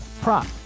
prop